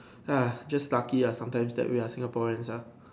ya just lucky ya sometimes that we are Singaporeans ah